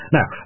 Now